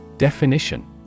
Definition